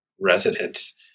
residents